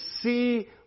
see